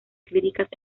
críticas